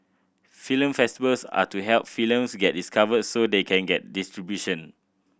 film festivals are to help films get discovered so they can get distribution